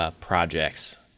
projects